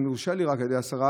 אם יורשה לי רק על ידי השרה,